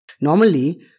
normally